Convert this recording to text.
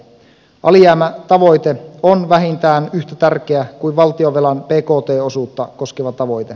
alijäämätavoite on vähintään yhtä tärkeä kuin valtionvelan bkt osuutta koskeva tavoite